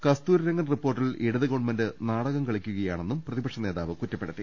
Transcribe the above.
കസ്തൂരിരംഗൻ റിപ്പോർട്ടിൽ ഇടതു ഗവൺമെന്റ് നാടകം കളിക്കുകയാണെന്നും പ്രതിപക്ഷ നേതാവ് കുറ്റപ്പെടുത്തി